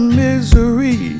misery